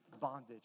bondage